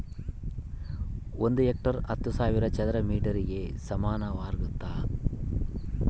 ಒಂದು ಹೆಕ್ಟೇರ್ ಹತ್ತು ಸಾವಿರ ಚದರ ಮೇಟರ್ ಗೆ ಸಮಾನವಾಗಿರ್ತದ